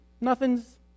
nothing's